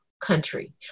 country